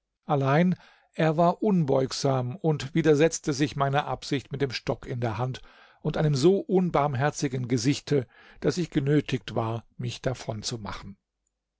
allein er war unbeugsam und widersetzte sich meiner absicht mit dem stock in der hand und einem so unbarmherzigen gesichte daß ich genötigt war mich